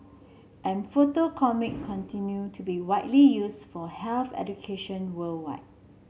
and photo comic continue to be widely used for health education worldwide